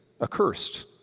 accursed